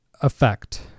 effect